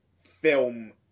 film